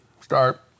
Start